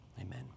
Amen